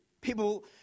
people